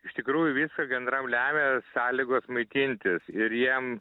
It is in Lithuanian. iš tikrųjų viską gandram lemia sąlygos maitintis ir jiems